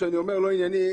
כשאני אומר "לא ענייני",